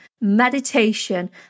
meditation